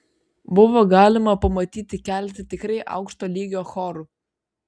buvo galima pamatyti keletą tikrai aukšto lygio chorų